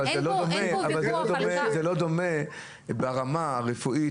אין פה ויכוח על כך --- אבל זה לא דומה ברמה הרפואית,